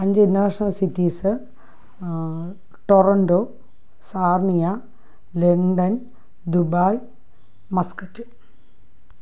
അഞ്ച് international cities Toronto Sarnia London Dubai Muscat